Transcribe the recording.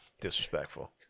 Disrespectful